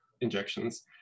injections